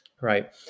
right